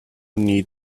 need